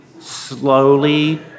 slowly